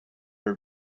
her